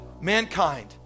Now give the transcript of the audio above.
mankind